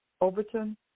Overton